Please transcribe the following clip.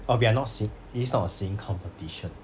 okay I'm not sing this not a singing competition